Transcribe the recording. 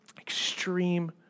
extreme